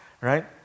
right